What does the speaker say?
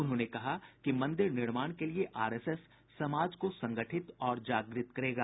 उन्होंने कहा कि मंदिर निर्माण के लिए आरएसएस समाज को संगठित और जागृत करेगा